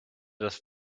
das